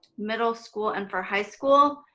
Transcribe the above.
middle school and for high school,